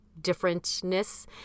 differentness